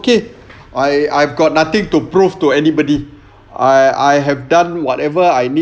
okay I I've got nothing to prove to anybody I I have done whatever I need